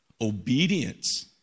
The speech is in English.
obedience